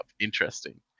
Interesting